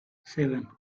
seven